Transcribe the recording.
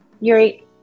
Yuri